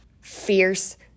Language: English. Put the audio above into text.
fierce